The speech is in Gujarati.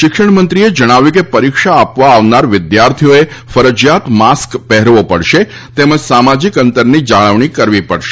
શિક્ષણમંત્રીએ જણાવ્યું કે પરીક્ષા આપવા આવનાર વિદ્યાર્થીઓએ ફરજિયાત માસ્ક પહેરવો પડશે તેમજ સામાજિક અંતરની જાળવણી કરવી પડશે